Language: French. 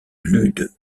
lude